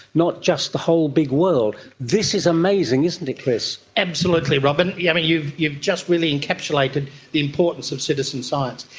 not just the whole big world. this is amazing, isn't it chris. absolutely, robyn. yeah yes, you've just really encapsulated the importance of citizen science.